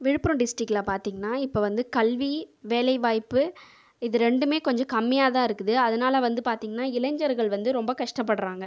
விழுப்புரம் டிஸ்ட்ரிக்ட்டில் பார்த்தீங்கன்னா இப்போ வந்து கல்வி வேலைவாய்ப்பு இது ரெண்டுமே கொஞ்சம் கம்மியாதா இருக்குது அதனால வந்து பார்த்தீங்கனா இளைஞர்கள் ரொம்ப கஷ்டப்படுறாங்க